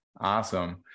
Awesome